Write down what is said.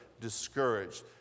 discouraged